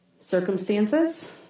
Circumstances